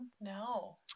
No